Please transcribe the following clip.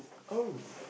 oh